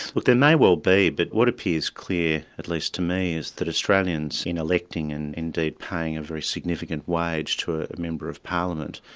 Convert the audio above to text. but there may well be, but what appears clear, at least to me, is that australians, in electing and indeed paying a very significant wage to a member of parliament,